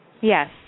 Yes